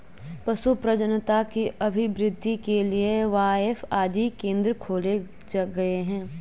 पशु प्रजननता की अभिवृद्धि के लिए बाएफ आदि केंद्र खोले गए हैं